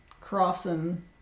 crossing